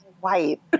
white